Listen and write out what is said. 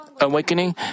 awakening